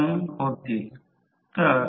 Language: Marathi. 1042 किलोवॅट